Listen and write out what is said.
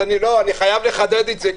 אני חייב לחדד את זה,